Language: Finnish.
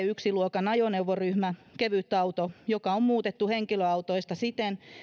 yksi luokan ajoneuvoryhmä kevytauto jotka on muutettu henkilöautoista siten